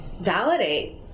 validate